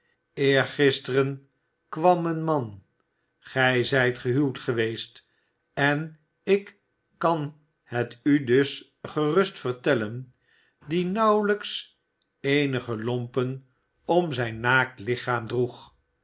eergisteren kwam een man gij zijt gehuwd geweest en ik kan hel u dus gerust vertellen die nauwelijks eenige lompen om zijn naakt lichaam droeg